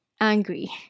angry